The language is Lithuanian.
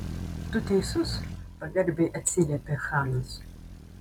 tu teisus pagarbiai atsiliepė chanas